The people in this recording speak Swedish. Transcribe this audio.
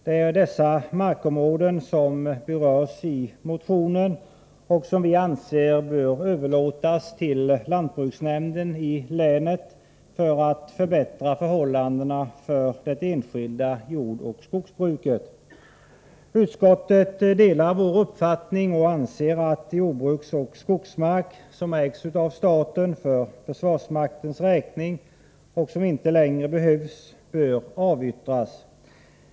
Det är dessa markområden som berörs i motionen och som vi anser bör överlåtas till lantbruksnämnden i länet för att förbättra förhållandena för det enskilda jordoch skogsbruket. Utskottet delar vår uppfattning och anser att jordbruksoch skogsmark som ägs av staten för försvarsmaktens räkning och som inte längre behövs bör avyttras.